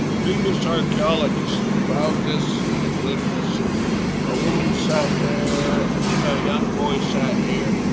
previous archaeologists found this and literally said a woman sat there. i think a young boy sat here.